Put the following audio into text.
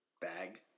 bag